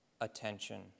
attention